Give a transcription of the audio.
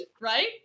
right